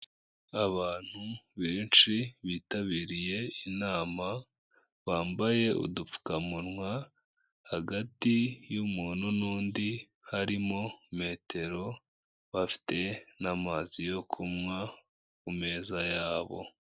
Abantu benshi bitabiriye inama, bambaye udupfukamunwa, hagati y'umuntu n'undi harimo metero, bafite n'amazi yo kunywa ku meza yabo.